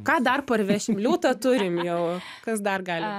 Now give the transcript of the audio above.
ką dar parvešim liūtą turim jau kas dar gali